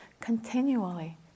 continually